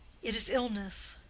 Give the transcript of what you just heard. it is illness,